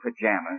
pajamas